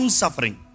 suffering